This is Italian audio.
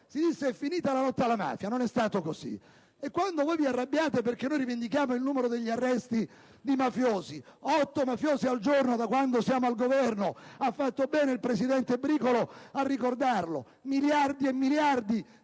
sarebbe finita la lotta alla mafia, ma non è stato così. Vi arrabbiate perché rivendichiamo il numero degli arresti dei mafiosi (otto mafiosi al giorno, da quando siamo al Governo, ha fatto bene il presidente Bricolo a ricordarlo, miliardi e miliardi di